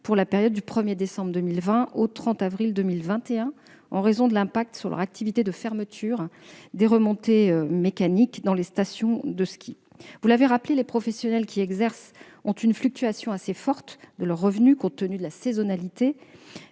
pour la période du 1 décembre 2020 au 30 avril 2021, en raison de l'impact sur leur activité de la fermeture des remontées mécaniques dans les stations de ski. Vous l'avez rappelé, les professionnels qui y exercent ont une fluctuation assez forte de leurs revenus, compte tenu de la saisonnalité